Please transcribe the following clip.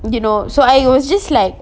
you know so I was just like